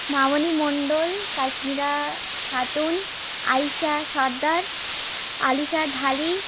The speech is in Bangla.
মামনি মন্ডল কাশ্মীরা খাতুন আইসা সর্দার আলিশা ঢালী